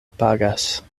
pagas